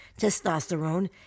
testosterone